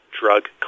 drug